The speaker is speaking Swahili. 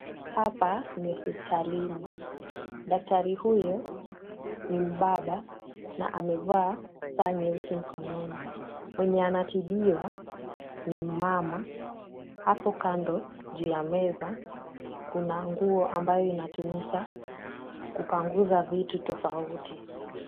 Hapa ni hospitalini. Daktari huyo ni mbaba na amevaa saa nyeusi mkononi. Mwenye anatibiwa ni mmama . Hapo kando juu ya meza kuna nguo ambayo inatumika kupanguza vitu tofauti.